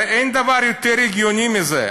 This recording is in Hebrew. הרי אין דבר יותר הגיוני מזה.